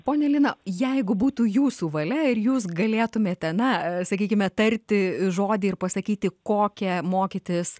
ponia lina jeigu būtų jūsų valia ir jūs galėtumėte na sakykime tarti žodį ir pasakyti kokią mokytis